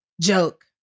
joke